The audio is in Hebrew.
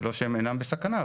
זה לא שהם אינם בסכנה,